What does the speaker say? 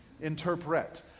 interpret